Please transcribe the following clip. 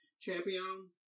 Champion